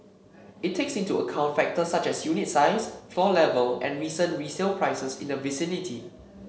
it takes into account factors such as unit size floor level and recent resale prices in the vicinity